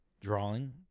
Drawing